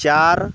चार